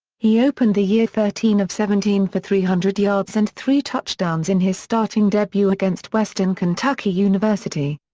he opened the year thirteen of seventeen for three hundred yards and three touchdowns in his starting debut against western kentucky university.